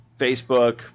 Facebook